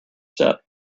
step